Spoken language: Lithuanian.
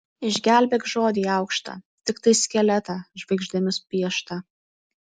išgelbėk žodį aukštą tiktai skeletą žvaigždėmis pieštą